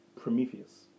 Prometheus